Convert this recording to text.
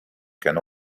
can